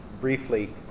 briefly